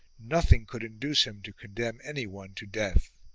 nothing could induce him to condemn anyone to death.